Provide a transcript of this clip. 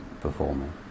performing